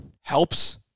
helps